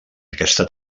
aquesta